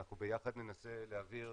אנחנו ביחד ננסה להעביר